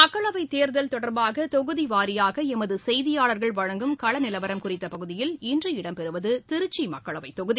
மக்களவைத் தேர்தல் தொடர்பாக தொகுதி வாரியாக எமது செய்தியாளர்கள் வழங்கும் கள நிலவரம் குறித்த பகுதியில் இன்று இடம்பெறுவது திருச்சி மக்களவைத் தொகுதி